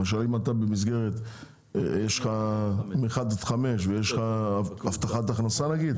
למשל אם אתה במסגרת מ- 1 עד 5 ויש לך הבטחת הכנסה נגיד,